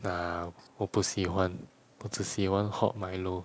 nah 我不喜欢我只喜欢 hot Milo